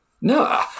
No